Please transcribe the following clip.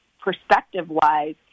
perspective-wise